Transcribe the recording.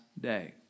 day